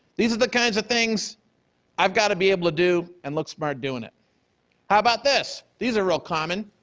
these are the kinds of things i've got to be able to do and look smart doing it. how about this? these are all common.